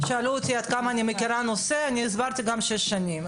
שאלו אותי עד כמה אני מכירה את הנושא והסברתי שאני מכירה אותו שש שנים.